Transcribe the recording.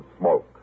smoke